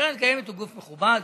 קרן קיימת היא גוף מכובד,